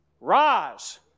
Rise